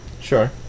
Sure